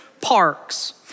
parks